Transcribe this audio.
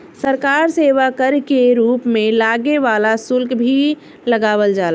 सरकार सेवा कर के रूप में लागे वाला शुल्क भी लगावल जाला